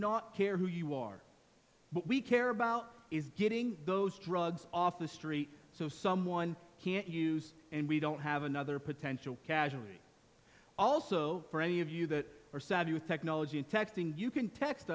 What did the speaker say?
not care who you are but we care about is getting those drugs off the street so someone can't use and we don't have another potential casualty also for any of you that are savvy with technology and texting you can te